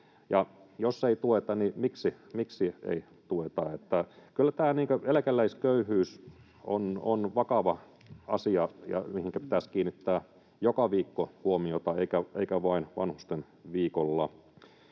miksi ei tueta? Niin että kyllä tämä eläkeläisköyhyys on vakava asia, mihinkä pitäisi kiinnittää joka viikko huomiota eikä vain Vanhustenviikolla.